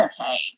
okay